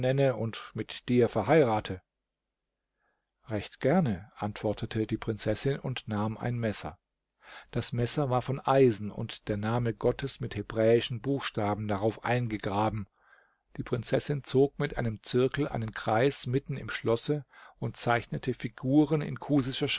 und mit dir verheirate recht gerne antwortete die prinzessin und nahm ein messer das messer war von eisen und der name gottes mit hebräischen buchstaben darauf eingegraben die prinzessin zog mit einem zirkel einen kreis mitten im schlosse und zeichnete figuren in